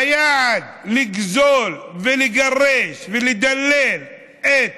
היעד, לגזול, לגרש ולדלל את